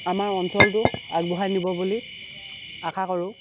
আমাৰ অঞ্চলটো আগবঢ়াই নিব বুলি আশা কৰোঁ